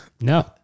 No